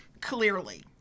clearly